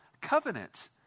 covenant